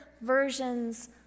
versions